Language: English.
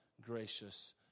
gracious